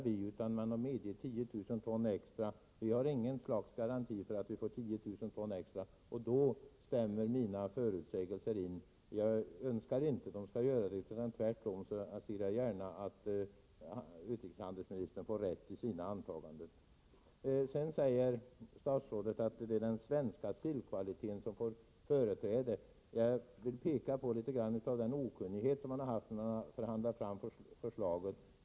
EG har medgett 10 000 ton extra, men vi har inga garantier för att vi får dessa 10 000 ton, och då stämmer mina förutsägelser in. Jag önskar inte att de skall göra det, utan tvärtom ser jag gärna att utrikeshandelsministern får rätt i sina antaganden. Statsrådet Hellström säger att den svenska sillkvaliteten får företräde. Jag vill peka på litet grand av den okunnighet som rått när man förhandlat fram avtalet.